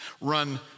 Run